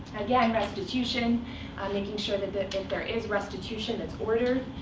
again, restitution um making sure that that if there is restitution, it's ordered,